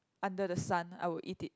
under the sun I would eat it